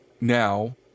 Now